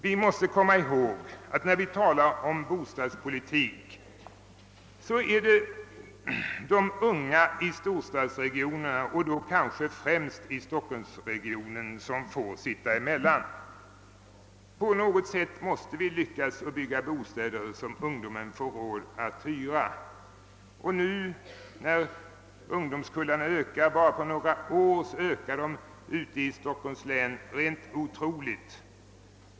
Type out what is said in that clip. Vi måste komma ihåg, när vi talar om bostadspolitik, att det är de unga i storstadsregionerna — och då kanske främst i stockholmsregionen — som får sitta emellan. På något sätt måste vi lyckas bygga bostäder som ungdomen får råd att hyra. Bara på några år ökar ungdomskullarna ute i Stockholms län rent otroligt.